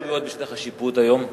איזה רשויות בשטח השיפוט היום?